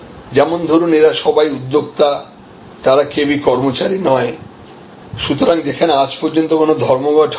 যেমন ধরুন এরা সবাই উদ্যোক্তা তারা কেউই কর্মচারী নয় সুতরাং সেখানে আজ পর্যন্ত কোন ধর্মঘট হয়নি